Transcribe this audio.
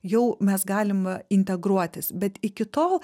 jau mes galim integruotis bet iki tol